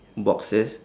boxes